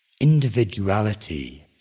individuality